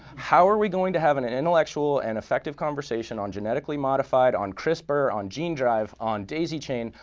how are we going to have an an intellectual and effective conversation on genetically modified, on crisper, on gene drive, on daisy chain,